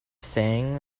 saying